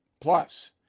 Plus